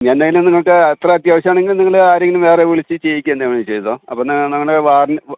ഞാൻ എന്തായാലും നിങ്ങൾക്ക് അത്ര അത്യാവശ്യമാണെങ്കിൽ നിങ്ങൾ ആരെയെങ്കിലും വേറെ വിളിച്ച് ചെയ്യിക്കുക തന്നെ ചെയ്തോ അപ്പോൾ എന്നാൽ നിങ്ങളുടെ വാഡിന്